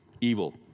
evil